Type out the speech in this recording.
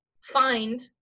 find